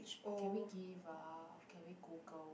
can we give up can we google